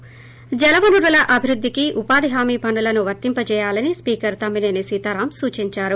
ి జలవనరుల అభివృద్ధికి ఉపాధి హామీ పనులను వర్తింప చేయాలని స్పీకర్ తమ్మినేని సీతారామ్ సూచించారు